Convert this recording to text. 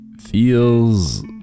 feels